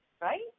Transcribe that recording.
right